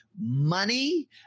money